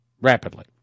rapidly